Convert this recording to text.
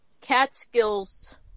Catskills